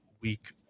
week